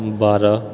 बारह